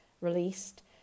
released